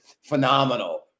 phenomenal